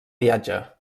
viatge